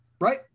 Right